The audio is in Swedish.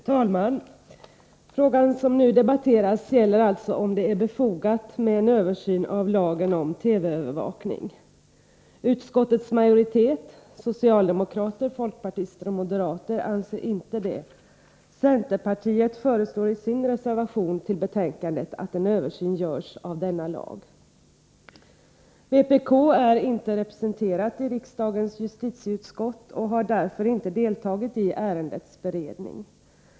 Fru talman! Det ärende som nu debatteras gäller frågan om det är befogat att göra en översyn av lagen om TV-övervakning. Utskottets majoritet bestående av socialdemokrater, folkpartister och moderater anser inte det. Centerpartiet föreslår i sin reservation till betänkandet att en översyn skall göras av lagen. Vpk är inte representerat i riksdagens justitieutskott och har därför inte deltagit i ärendets beredning.